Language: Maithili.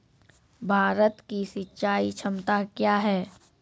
भारत की सिंचाई क्षमता क्या हैं?